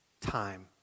time